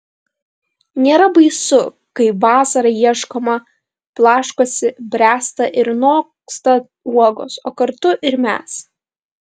nėra baisu kai vasarą ieškoma blaškosi bręsta ir noksta uogos o kartu ir mes